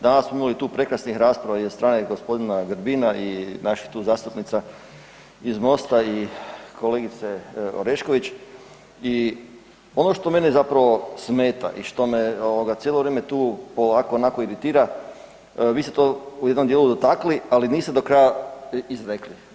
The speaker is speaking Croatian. Danas smo imali tu prekrasnih rasprava i od strane g. Grbina i naši tu zastupnica iz Mosta i kolegice Orešković i ono što mene zapravo smeta i što me cijelo vrijeme tu polako onako, iritira, vi ste to u jednom dijelu dotakli, ali niste do kraja izrekli.